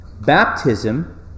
Baptism